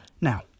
Now